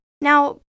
Now